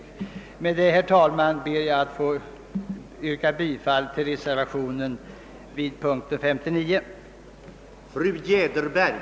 Herr talman! Med det anförda ber jag att få yrka bifall till reservationen 8 av herr Skårman m.fl.